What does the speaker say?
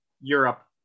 Europe